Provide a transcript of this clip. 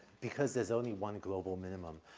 because there's only one global minimum,